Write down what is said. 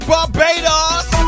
Barbados